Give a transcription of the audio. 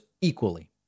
equally